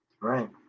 right